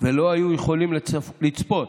ולא היו יכולים לצפות